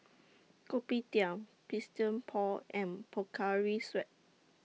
Kopitiam Christian Paul and Pocari Sweat